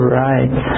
right